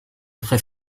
très